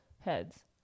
heads